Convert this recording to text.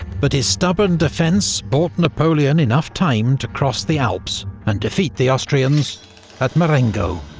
but his stubborn defence bought napoleon enough time to cross the alps, and defeat the austrians at marengo.